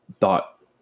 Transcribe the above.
thought